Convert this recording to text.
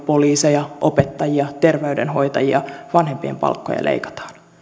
poliiseja opettajia terveydenhoitajia vanhempien palkkoja leikataan